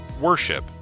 Worship